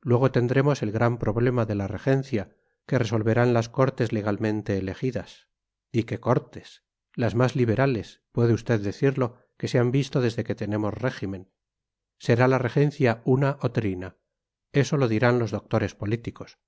luego tendremos el gran problema de la regencia que resolverán las cortes legalmente elegidas y qué cortes las más liberales puede usted decirlo que se han visto desde que tenemos régimen será la regencia una o trina eso lo dirán los doctores políticos